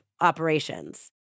operations